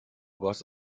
warst